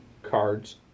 Cards